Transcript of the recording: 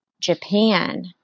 Japan